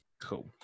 cool